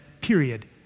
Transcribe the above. period